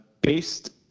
based